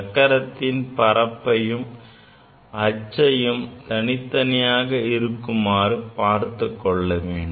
சக்கரத்தின் பரப்பையும் அச்சையும் தனித்தனியாக இருக்குமாறு பார்த்துக் கொள்ள வேண்டும்